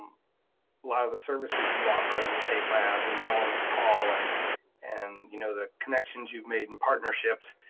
lot of the services you offer as a state lab when well owners call and and you know the connections you've made in partnerships.